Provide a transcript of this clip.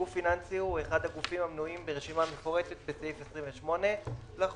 גוף פיננסי הוא אחד הגופים המנויים ברשימה המפורטת בסעיף 28 לחוק,